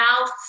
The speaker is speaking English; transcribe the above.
mouth